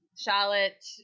Charlotte